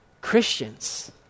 Christians